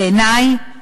בעיני,